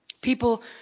People